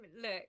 Look